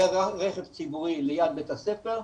ורכב ציבורי ליד בית הספר,